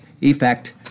effect